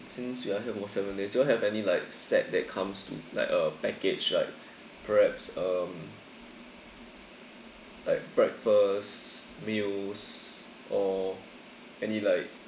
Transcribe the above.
since we are here for seven days do you all have any like set that comes to like a package like perhaps um like breakfast meals or any like